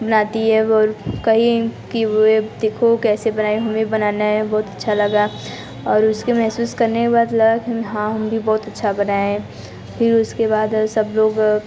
बनाती है वो कहीं की वे देखो कैसे बनाएँ हमें भी बनाना है बहुत अच्छा लगा और उसके महसूस करने के बाद लगा कि हाँ हम भी बहुत अच्छा बनाएँ फिर उसके बाद सब लोग